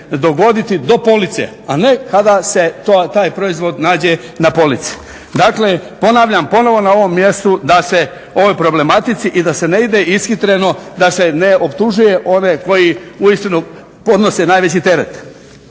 dogoditi do police, a ne kada se taj proizvod nađe na polici. Dakle, ponavljam ponovo na ovom mjestu o ovoj problematici i da se ne ide ishitreno, da se ne optužuje one koji uistinu podnose najveći teret.